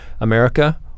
America